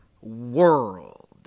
world